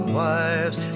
wives